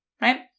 right